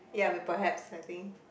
ya we perhaps I think